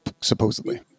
Supposedly